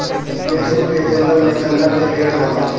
मैसूर के जंगल में चन्दन के पेड़ होला